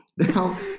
Now